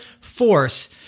force